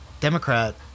Democrat